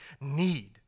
need